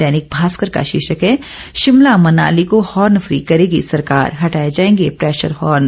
दैनिक भास्कर का शीर्षक है शिमला मनाली को हॉर्न फ्री करेगी सरकार हटाए जाएंगे प्रैशर हॉर्न